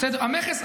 המכס,